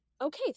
okay